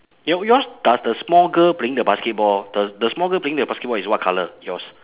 your yours does the small girl playing the basketball the the small girl playing the basketball is what colour yours